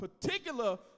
particular